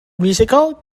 musical